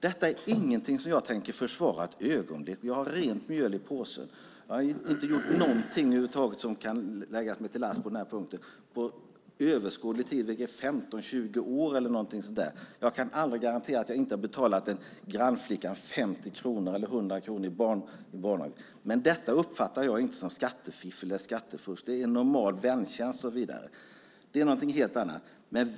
Detta är ingenting som jag för ett ögonblick tänker försvara. Jag har rent mjöl i påsen. Jag har inte gjort någonting över huvud taget som kan läggas mig till last på den punkten under överskådlig tid, 15-20 år eller något sådant. Jag kan aldrig garantera att jag inte har betalat en grannflicka 50 eller 100 kronor för att hon varit barnvakt. Men detta uppfattar jag inte som skattefiffel eller skattefusk. Det är en normal väntjänst. Det är någonting helt annat.